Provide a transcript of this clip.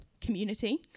community